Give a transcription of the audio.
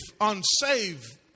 unsaved